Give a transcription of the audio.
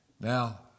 Now